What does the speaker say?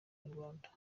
inyarwanda